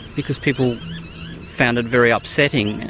because people found it very upsetting,